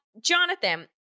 Jonathan